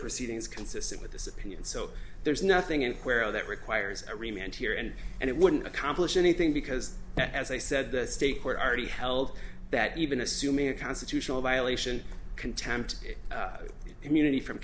proceedings consistent with this opinion so there's nothing in cuero that requires a remained here and and it wouldn't accomplish anything because as i said the state court already held that even assuming a constitutional violation contempt immunity from